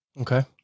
Okay